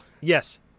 yes